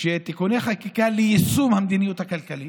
תיקוני חקיקה, ליישום המדיניות הכלכלית,